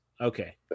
Okay